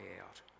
out